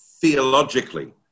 theologically